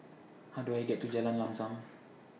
How Do I get to Jalan Lam SAM